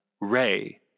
ray